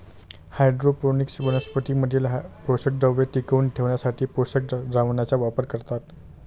hydroponics वनस्पतीं मधील पोषकद्रव्ये टिकवून ठेवण्यासाठी पोषक द्रावणाचा वापर करतात